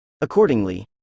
Accordingly